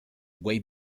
way